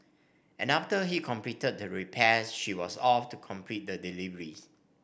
and after he completed the repairs she was off to complete the delivery